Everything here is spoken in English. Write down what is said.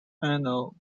casino